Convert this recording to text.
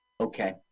Okay